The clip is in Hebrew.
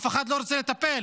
אף אחד לא רוצה לטפל.